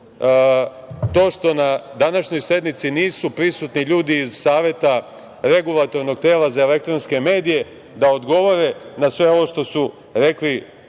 to što na današnjoj sednici nisu prisutni ljudi iz Saveta Regulatornog tela za elektronske medije da odgovore na sve ovo što su rekle